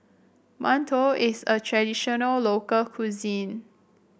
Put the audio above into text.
mantou is a traditional local cuisine